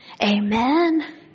Amen